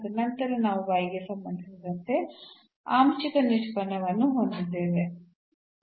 ಮತ್ತು ನಂತರ ನಾವು ಗೆ ಸಂಬಂಧಿಸಿದಂತೆ ಆಂಶಿಕ ನಿಷ್ಪನ್ನವನ್ನು ಹೊಂದಿದ್ದೇವೆ